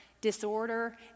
Disorder